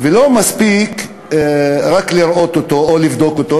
ולא מספיק רק לראות אותו או לבדוק אותו.